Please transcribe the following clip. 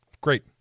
Great